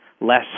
less